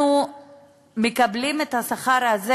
אנחנו מקבלים את השכר הזה.